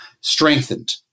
strengthened